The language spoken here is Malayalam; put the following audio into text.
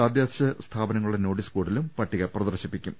തദ്ദേശ സ്ഥാപനങ്ങളുടെ നോട്ടീസ് ബോർഡിലും പട്ടിക പ്രദർശിപ്പിക്കും